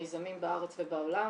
מיזמים בארץ ובעולם.